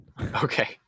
Okay